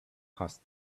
past